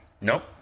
Nope